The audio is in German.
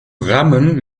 rammen